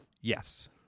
Yes